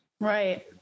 Right